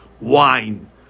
wine